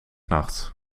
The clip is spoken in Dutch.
nachts